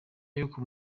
y’uko